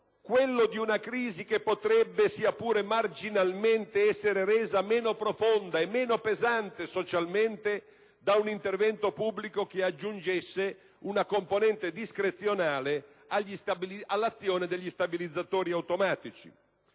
quello di una crisi che potrebbe sia pure marginalmente essere resa meno profonda e meno pesante socialmente da un intervento pubblico che aggiungesse una componente discrezionale all'azione degli stabilizzatori automatici;